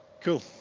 Cool